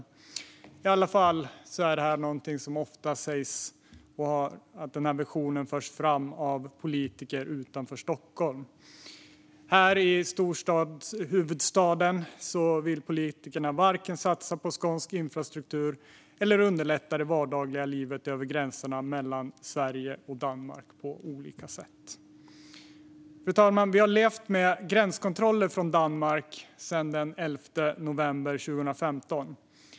Det är i alla fall en ambition som ofta förs fram av politiker utanför Stockholm, men här i huvudstaden vill politikerna varken satsa på skånsk infrastruktur eller på olika sätt underlätta det vardagliga livet över gränserna mellan Danmark och Sverige. Fru talman! Vi har levt med gränskontroller från Danmark sedan den 11 november 2015.